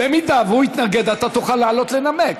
במידה שהוא יתנגד אתה תוכל לעלות לנמק.